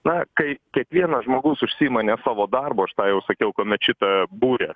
na kai kiekvienas žmogus užsiima ne savo darbu aš tą jau sakiau kuomet šito būrė